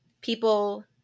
people